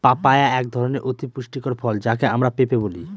papaya একধরনের অতি পুষ্টিকর ফল যাকে আমরা পেঁপে বলি